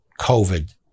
COVID